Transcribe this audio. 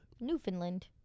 Newfoundland